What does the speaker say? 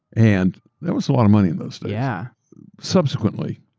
and that was a lot of money in those days. yeah subsequently,